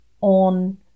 on